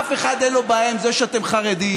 לאף אחד אין בעיה עם זה שאתם חרדים.